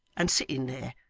and sitting there.